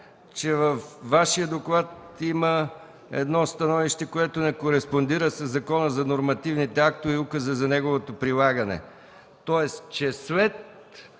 че във Вашия доклад има едно становище, което не кореспондира със Закона за нормативните актове и Указа за неговото прилагане, тоест че след